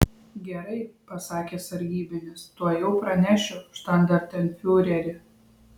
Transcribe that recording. gerai pasakė sargybinis tuojau pranešiu štandartenfiureri